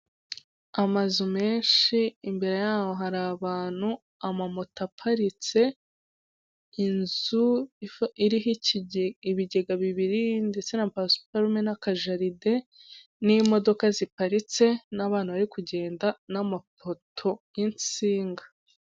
Amazu menshi imbere yaho hari abantu amamoto aparitse inzu iriho ibigega bibiri ndetse na pasuparume n'ajaride n'imodoka ziparitse n'abana bari kugenda n'amapoto y'insinga .